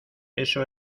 eso